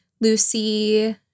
Lucy